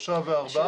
שלושה וארבעה?